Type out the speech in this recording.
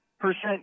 percent